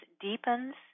deepens